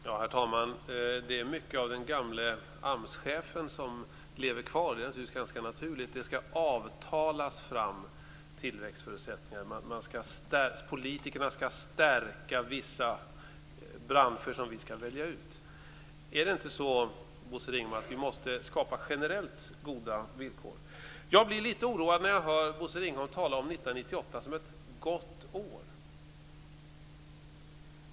Herr talman! Det är mycket av den gamle AMS chefen som lever kvar. Det är förstås ganska naturligt. Det skall avtalas fram tillväxtförutsättningar. Politikerna skall stärka vissa branscher, som vi skall välja ut. Måste vi inte, Bosse Ringholm, skapa generellt goda villkor? Jag blir lite oroad när jag hör Bosse Ringholm tala om 1998 som ett gott år.